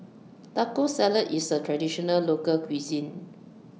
Taco Salad IS A Traditional Local Cuisine